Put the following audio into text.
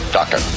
doctor